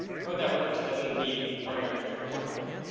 code that works doesn't need programmers to work on it.